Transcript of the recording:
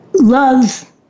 love